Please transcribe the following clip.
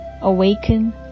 awaken